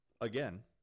again –